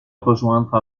rejoindre